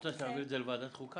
רוצה שנעביר את זה לוועדת חוקה?